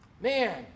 Man